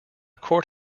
court